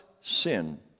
sin